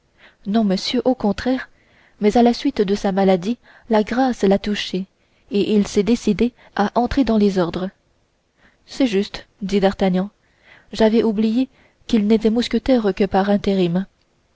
non monsieur au contraire mais à la suite de sa maladie la grâce l'a touché et il s'est décidé à entrer dans les ordres c'est juste dit d'artagnan j'avais oublié qu'il n'était mousquetaire que par